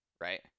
Right